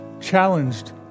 challenged